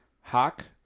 Hawk